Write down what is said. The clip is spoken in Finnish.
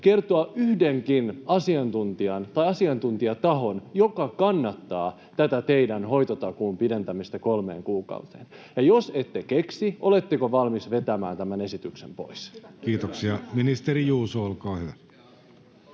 kertoa yhdenkin asiantuntijan tai asiantuntijatahon, joka kannattaa tätä teidän hoitotakuun pidentämistä kolmeen kuukauteen? Ja jos ette keksi, oletteko valmis vetämään tämän esityksen pois? [Speech 24] Speaker: Jussi Halla-aho